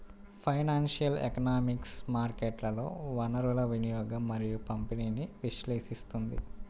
financial economics మార్కెట్లలో వనరుల వినియోగం మరియు పంపిణీని విశ్లేషిస్తుంది